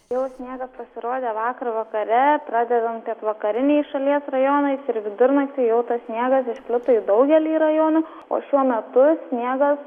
jau sniegas pasirodė vakar vakare pradedant pietvakariniais šalies rajonais ir vidurnaktį jau tas sniegas išplito į daugelį rajonų o šiuo metu sniegas